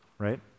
right